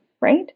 right